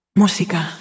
música